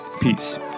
Peace